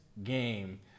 game